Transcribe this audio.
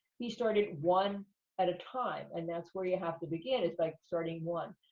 he started one at a time, and that's where you have to begin, is by starting one.